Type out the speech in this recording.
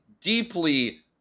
deeply